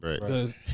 Right